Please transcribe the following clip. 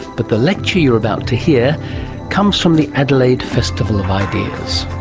but the lecture you are about to hear comes from the adelaide festival of ideas.